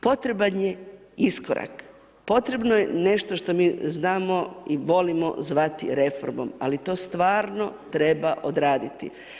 Potreban je iskorak, potrebno je nešto što mi znamo i volimo zvati reformom, ali to stvarno treba odraditi.